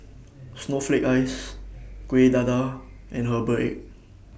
Snowflake Ice Kueh Dadar and Herbal Egg